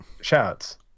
shouts